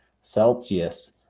Celsius